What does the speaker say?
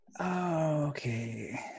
Okay